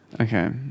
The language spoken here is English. okay